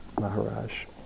Maharaj